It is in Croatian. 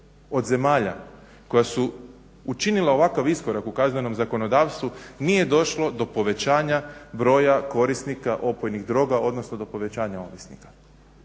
od zemalja koja su učinila ovakav iskorak u kaznenom zakonodavstvu nije došlo do povećanja broja korisnika opojnih droga, odnosno do povećanja ovisnika.